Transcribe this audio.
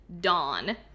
dawn